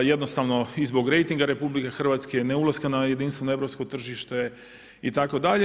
Jednostavno i zbog rejtinga RH, neulaska na jedinstveno europsko tržište itd.